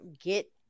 get